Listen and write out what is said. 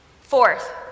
Fourth